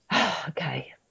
okay